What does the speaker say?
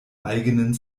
eigenen